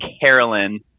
Carolyn